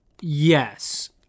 Yes